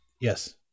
Yes